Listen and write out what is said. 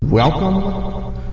Welcome